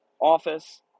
office